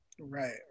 Right